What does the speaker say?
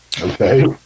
Okay